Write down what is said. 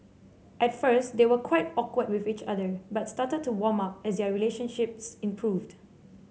at first they were quite awkward with each other but started to warm up as their relationships improved